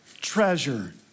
treasure